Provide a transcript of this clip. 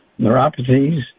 neuropathies